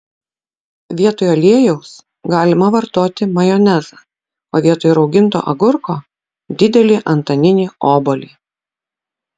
vietoj aliejaus galima vartoti majonezą o vietoj rauginto agurko didelį antaninį obuolį